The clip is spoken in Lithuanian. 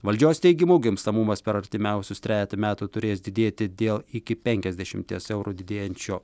valdžios teigimu gimstamumas per artimiausius trejetą metų turės didėti dėl iki penkiasdešimties eurų didėjančio